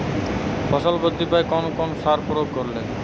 ফসল বৃদ্ধি পায় কোন কোন সার প্রয়োগ করলে?